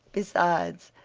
besides,